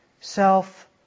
self